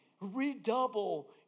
redouble